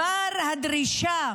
הדרישה